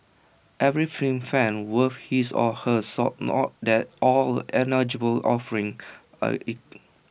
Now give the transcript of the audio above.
every film fan worth his or her salt know that all ignoble offerings are